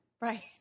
Right